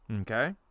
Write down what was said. Okay